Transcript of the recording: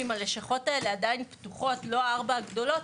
אם הלשכות האלה עדיין פתוחות לא הארבע הגדולות